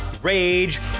Rage